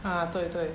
ah 对对